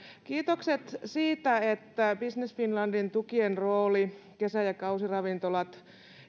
kiitokset siitä että business finlandin tukien rooli kesä ja kausiravintolat